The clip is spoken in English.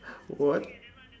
what